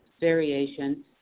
variation